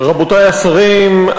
רבותי השרים,